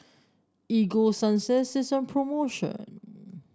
Ego Sunsense is on promotion